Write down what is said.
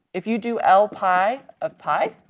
if you do l pi of pi,